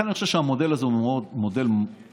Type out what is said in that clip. אני חושב שמבחינתי המודל הזה הוא מודל מעניין,